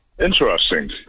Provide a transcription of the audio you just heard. interesting